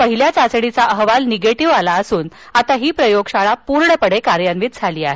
पहिलाचा अहवाल निगेटीव्ह आला असून आता ही प्रयोगशाळा पुर्णपणे कार्यान्वित झाली आहे